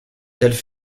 telles